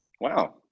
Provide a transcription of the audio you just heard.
Wow